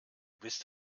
bist